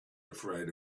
afraid